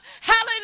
Hallelujah